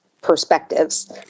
perspectives